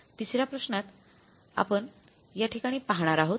तिसऱ्या प्रश्नात आपण याठिकाणी पाहणार आहोत